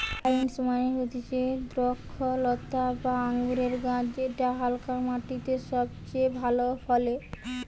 vines মানে হতিছে দ্রক্ষলতা বা আঙুরের গাছ যেটা হালকা মাটিতে সবচে ভালো ফলে